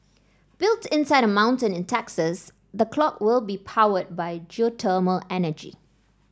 built inside a mountain in Texas the clock will be powered by geothermal energy